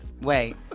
Wait